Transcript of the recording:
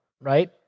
right